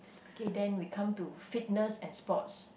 okay then we come to fitness and sports